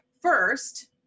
first